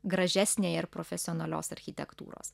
gražesniąją ir profesionalios architektūros